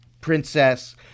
princess